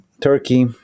Turkey